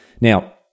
Now